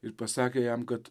ir pasakė jam kad